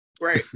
Right